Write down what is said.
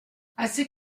assez